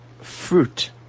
fruit